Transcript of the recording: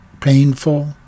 painful